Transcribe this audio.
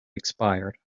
expired